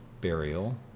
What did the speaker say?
burial